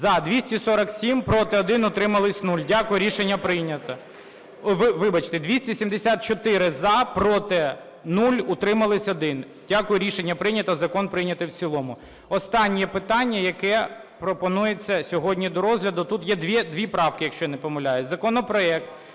За-274 Проти – 1, утримались – 0. Дякую. Рішення прийнято. Вибачте, 274 – за, проти – 0, утримались – 1. Дякую. Рішення прийнято. Закон прийнятий в цілому. Останнє питання, яке пропонується сьогодні до розгляду, тут є дві правки, якщо я не помиляюся. Законопроект